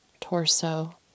torso